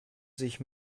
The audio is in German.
sich